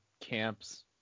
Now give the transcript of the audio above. camps